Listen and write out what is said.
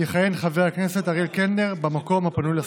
יכהן חבר הכנסת אריאל קלנר במקום הפנוי לסיעה.